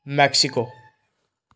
Mexico